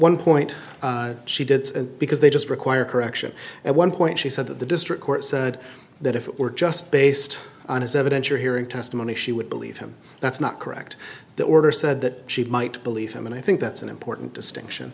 one point she did because they just require correction at one point she said that the district court said that if it were just based on his evidence you're hearing testimony she would believe him that's not correct the order said that she might believe him and i think that's an important distinction